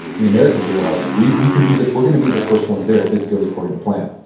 the americans realized, we we can be the, we're going to be the first ones there if this goes according to plan.